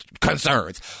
concerns